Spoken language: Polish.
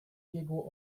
biegło